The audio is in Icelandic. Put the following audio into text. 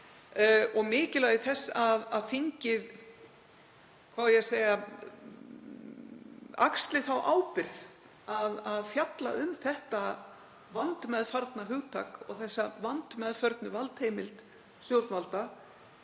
og mikilvægi þess að þingið axli þá ábyrgð að fjalla um þetta vandmeðfarna hugtak og þessa vandmeðförnu valdheimild stjórnvalda